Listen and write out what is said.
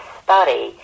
study